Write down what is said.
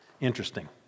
Interesting